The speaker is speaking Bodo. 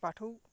बाथौखौ